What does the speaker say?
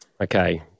Okay